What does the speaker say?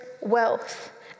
wealth